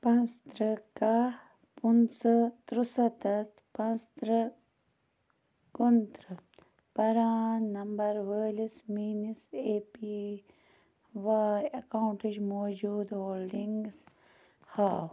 پانٛژترٕٛہ کاہ پٕنٛژٕہ تُرٛسَتتھ پانٛژترٕٛہ کُنترٕٛہ پران نمبر وٲلِس میٛٲنِس اے پی واٮٔی اکاؤنٹٕچ موٗجوٗدٕ ہولڈنگٕز ہاو